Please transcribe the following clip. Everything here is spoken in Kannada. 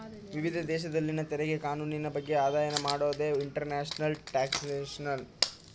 ವಿವಿಧ ದೇಶದಲ್ಲಿನ ತೆರಿಗೆ ಕಾನೂನಿನ ಬಗ್ಗೆ ಅಧ್ಯಯನ ಮಾಡೋದೇ ಇಂಟರ್ನ್ಯಾಷನಲ್ ಟ್ಯಾಕ್ಸ್ಯೇಷನ್